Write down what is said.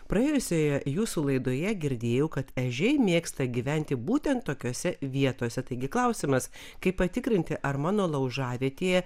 praėjusioje jūsų laidoje girdėjau kad ežiai mėgsta gyventi būtent tokiose vietose taigi klausimas kaip patikrinti ar mano laužavietėje